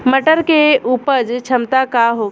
मटर के उपज क्षमता का होखे?